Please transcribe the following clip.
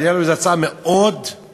הייתה לו איזו הצעה מאוד מדהימה.